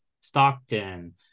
Stockton